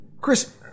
Chris